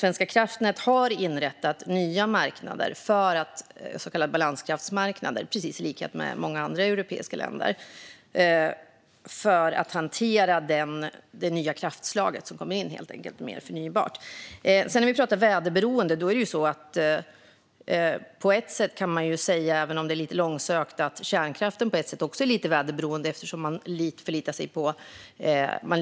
Svenska kraftnät har i likhet med många andra europeiska länder inrättat nya marknader, så kallade balanskraftsmarknader, för att hantera det nya kraftslag som kom in i och med förnybart. När det gäller väderberoende kan man säga, även om det är lite långsökt, att kärnkraften också är väderberoende eftersom kraftverken ofta ligger nära vatten.